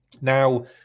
now